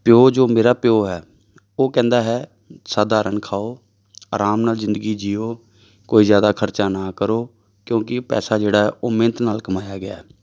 ਪਿਓ ਜੋ ਮੇਰਾ ਪਿਓ ਹੈ ਉਹ ਕਹਿੰਦਾ ਹੈ ਸਧਾਰਨ ਖਾਓ ਆਰਾਮ ਨਾਲ ਜ਼ਿੰਦਗੀ ਜੀਓ ਕੋਈ ਜ਼ਿਆਦਾ ਖਰਚਾ ਨਾ ਕਰੋ ਕਿਉਂਕਿ ਪੈਸਾ ਜਿਹੜਾ ਹੈ ਉਹ ਮਿਹਨਤ ਨਾਲ ਕਮਾਇਆ ਗਿਆ